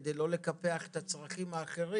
כדי לא לקפח את הצרכים האחרים